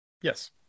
Yes